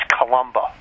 Columba